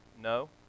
no